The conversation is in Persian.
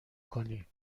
کنی